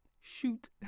shoot